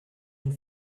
une